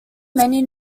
many